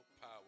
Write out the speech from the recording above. power